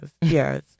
Yes